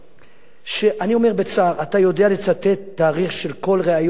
ואני אומר בצער: אתה יודע לצטט תאריך של כל ריאיון של אבו מאזן,